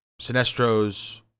Sinestro's